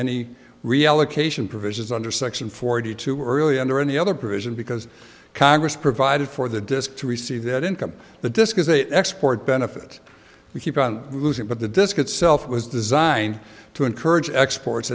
any reallocation provisions under section forty two early under any other prison because congress provided for the disk to receive that income the disk is a export benefit we keep on losing but the disk itself was designed to encourage exports